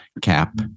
cap